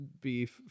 beef